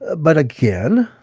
ah but again,